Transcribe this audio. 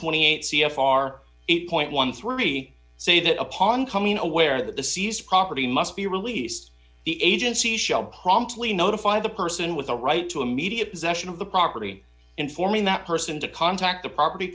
twenty eight c f r eight point one three say that upon coming aware that the seized property must be released the agency shall promptly notify the person with a right to immediate possession of the property informing that person to contact the property